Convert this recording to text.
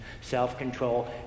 self-control